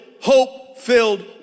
hope-filled